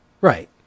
Right